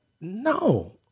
no